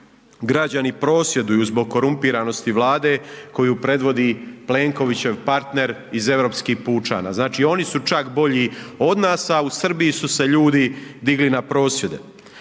građani prosvjeduju zbog korumpiranosti Vlade koju predvodi Plenkovićev partner iz Europskih pučana, znači oni su čak bolji od nas, a u Srbiji su se ljudi digli na prosvjede.